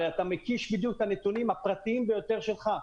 הרי אתה מקיש בדיוק את הנתונים הפרטיים ביותר שלך,